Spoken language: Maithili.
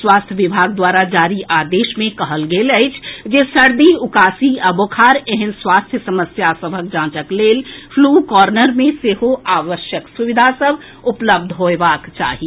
स्वास्थ्य विभाग द्वारा जारी आदेश मे कहल गेल अछि जे सर्दी उकासी आ बुखार ऐहन स्वास्थ्य समस्या सभक जांचक लेल फ्लू कॉनर्र मे सेहो आवश्यक सुविधा सभ उपलब्ध होएबाक चाही